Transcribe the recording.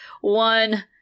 one